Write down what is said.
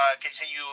continue